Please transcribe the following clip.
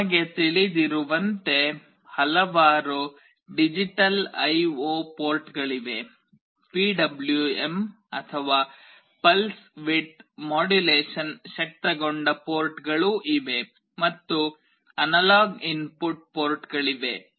ನಮಗೆ ತಿಳಿದಿರುವಂತೆ ಹಲವಾರು ಡಿಜಿಟಲ್ ಐಒ ಪೋರ್ಟ್ಗಳಿವೆ ಪಿಡಬ್ಲ್ಯೂಎಂ ಅಥವಾ ಪಲ್ಸ್ ವಿಡ್ತ್ ಮಾಡ್ಯುಲೇಷನ್ ಶಕ್ತಗೊಂಡ ಪೋರ್ಟ್ಗಳೂ ಇವೆ ಮತ್ತು ಅನಲಾಗ್ ಇನ್ಪುಟ್ ಪೋರ್ಟ್ಗಳಿವೆ